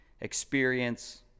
experience